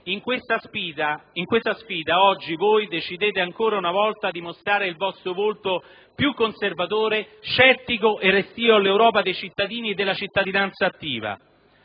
In questa sfida oggi voi decidete ancora una volta di mostrare il vostro volto più conservatore, scettico e restio all'Europa dei cittadini e della cittadinanza attiva.